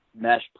mesh